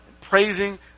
praising